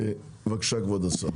בבקשה, כבוד השר.